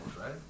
right